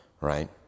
right